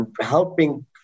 helping